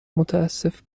متاسف